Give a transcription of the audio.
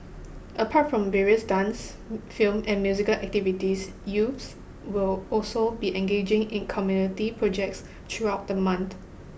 apart from various dance film and musical activities youths will also be engaging in community projects throughout the month